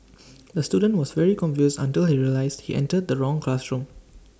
the student was very confused until he realised he entered the wrong classroom